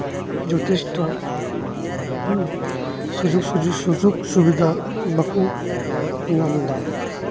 ᱡᱚᱛᱮᱥᱴᱷᱚ ᱥᱩᱡᱳᱜᱽ ᱥᱩᱵᱤᱫᱷᱟ ᱵᱟᱠᱚ ᱧᱟᱢᱫᱟ